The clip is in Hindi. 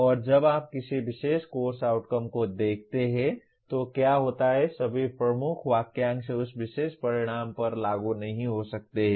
और जब आप किसी विशेष कोर्स आउटकम को देखते हैं तो क्या होता है सभी प्रमुख वाक्यांश उस विशेष परिणाम पर लागू नहीं हो सकते हैं